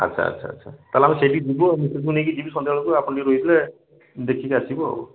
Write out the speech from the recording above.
ଆଚ୍ଛା ଆଚ୍ଛା ଆଚ୍ଛା ତା'ହେଲେ ଆମେ ସେଇଟିକି ଯିବୁ ଆଉ ମିସେସ୍କୁ ନେଇକି ଯିବି ସନ୍ଧ୍ୟାବେଳକୁ ଆପଣ ଟିକେ ରହିଥିବେ ଦେଖିକି ଆସିବୁ ଆଉ